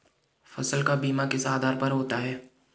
फसल का बीमा किस आधार पर होता है?